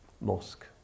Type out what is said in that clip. mosque